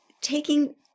taking